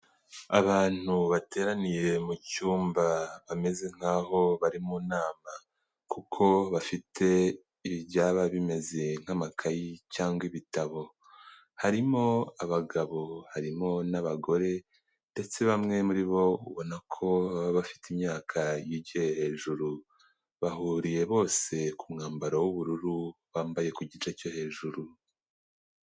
Abantu bateraniye mu cyumba bameze nk'aho bari mu nama, kuko bafite ibyaba bimeze nk'amakayi cyangwa ibitabo. Harimo abagabo, harimo n'abagore ndetse bamwe muri bo ubona ko baba bafite imyaka yigiye hejuru. Bahuriye bose ku mwambaro w'ubururu, bambaye ku gice cyo hejuru.